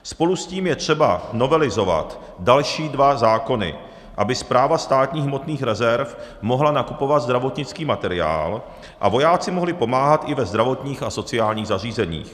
Spolu s tím je třeba novelizovat další dva zákony, aby Správa státních hmotných rezerv mohla nakupovat zdravotnický materiál a vojáci mohli pomáhat i ve zdravotních a sociálních zařízeních.